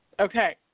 Okay